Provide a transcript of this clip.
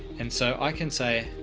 and so i can say.